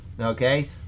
okay